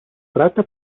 tratta